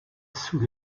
sous